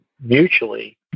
mutually